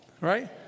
Right